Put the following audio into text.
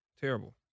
Terrible